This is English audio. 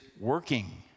working